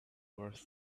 worth